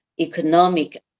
economic